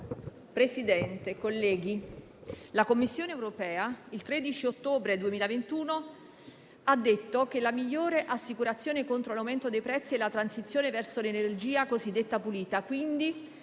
Presidente, colleghi, la Commissione europea il 13 ottobre 2021 ha detto che la migliore assicurazione contro l'aumento dei prezzi è la transizione verso l'energia cosiddetta pulita,